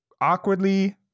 awkwardly